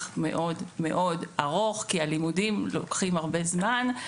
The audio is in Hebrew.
מאוד מאוד ארוך כי הלימודים לוקחים הרבה זמן.